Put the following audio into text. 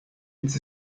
its